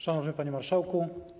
Szanowny Panie Marszałku!